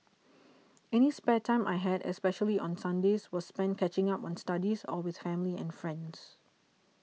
any spare time I had especially on Sundays was spent catching up on studies or with family and friends